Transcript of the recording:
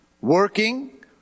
working